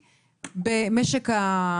בואי, מיכל.